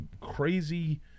crazy